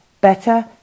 Better